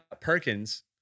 Perkins